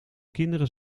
kinderen